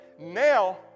Now